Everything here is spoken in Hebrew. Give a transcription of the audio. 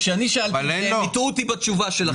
כשאני שאלתי, הם הטעו אותי בתשובה שלהם.